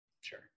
Sure